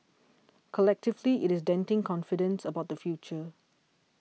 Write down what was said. collectively it's denting confidence about the future